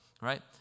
right